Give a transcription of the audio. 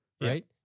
right